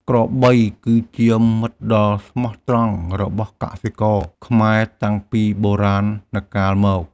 ក្របីគឺជាមិត្តដ៏ស្មោះត្រង់របស់កសិករខ្មែរតាំងពីបុរាណកាលមក។